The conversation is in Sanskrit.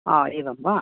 आम् एवं वा